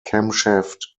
camshaft